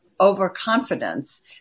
overconfidence